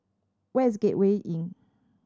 where is Gateway Inn